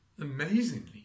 amazingly